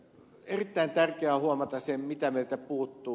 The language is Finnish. erittäin tärkeää on huomata se mitä meiltä puuttuu